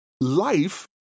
Life